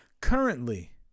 Currently